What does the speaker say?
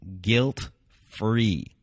Guilt-free